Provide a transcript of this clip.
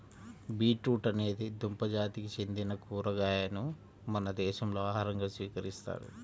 beetroot అనేది దుంప జాతికి చెందిన కూరగాయను మన దేశంలో ఆహారంగా స్వీకరిస్తారు